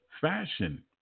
fashion